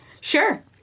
Sure